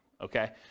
okay